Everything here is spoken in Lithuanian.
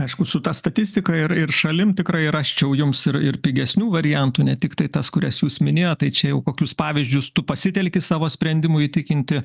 aišku su ta statistika ir ir šalim tikrai rasčiau jums ir ir pigesnių variantų ne tiktai tas kurias jūs minėjot tai čia jau kokius pavyzdžius tu pasitelki savo sprendimui įtikinti